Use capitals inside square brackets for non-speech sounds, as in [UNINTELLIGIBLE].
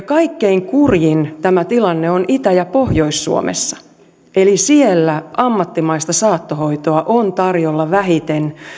[UNINTELLIGIBLE] kaikkein kurjin tämä tilanne on itä ja pohjois suomessa eli siellä ammattimaista saattohoitoa on tarjolla vähiten